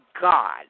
God